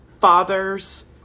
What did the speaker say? father's